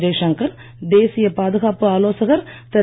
ஜெய்ஷங்கர் தேசியப் பாதுகாப்பு ஆலோசகர் திரு